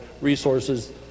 resources